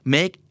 Make